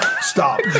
Stop